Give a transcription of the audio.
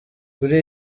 kuri